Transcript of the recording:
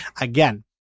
Again